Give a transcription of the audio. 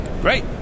Great